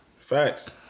Facts